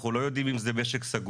אנחנו לא יודעים אם זה משק סגור,